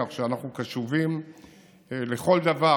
כך שאנחנו קשובים לכל דבר,